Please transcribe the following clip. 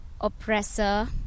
oppressor